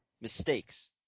mistakes